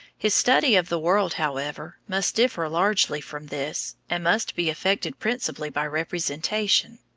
his study of the world, however, must differ largely from this, and must be effected principally by representation.